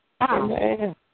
Amen